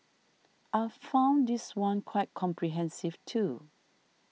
I found this one quite comprehensive too